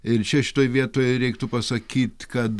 ir čia šitoj vietoj reiktų pasakyt kad